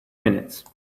minutes